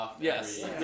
Yes